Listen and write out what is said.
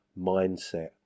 mindset